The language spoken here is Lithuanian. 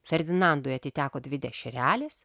ferdinandui atiteko dvi dešrelės